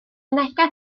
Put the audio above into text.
neges